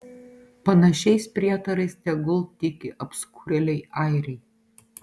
panašiais prietarais tegul tiki apskurėliai airiai